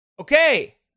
Okay